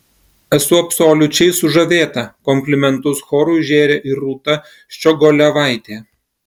esu absoliučiai sužavėta komplimentus chorui žėrė ir rūta ščiogolevaitė